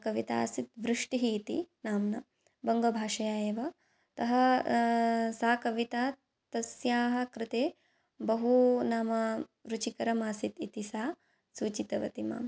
कवितासीत् वृष्टिः इति नाम्ना बङ्गभाषया एव तः सा कविताः तस्याः कृते बहु नाम रुचिकरम् आसीत् इति सा सूचितवती माम्